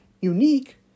unique